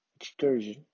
excursion